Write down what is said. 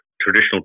traditional